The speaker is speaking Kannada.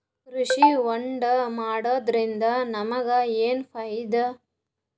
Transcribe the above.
ಕೃಷಿ ಹೋಂಡಾ ಮಾಡೋದ್ರಿಂದ ನಮಗ ಏನ್ ಫಾಯಿದಾ?